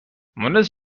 مونس